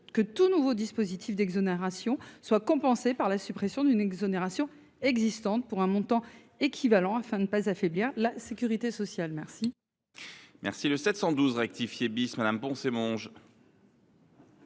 que tout nouveau dispositif d’exonération soit compensé par la suppression d’une exonération existante pour un montant équivalent, afin de ne pas affaiblir la sécurité sociale. La